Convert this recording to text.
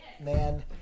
man